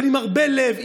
אבל עם הרבה לב,